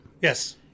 Yes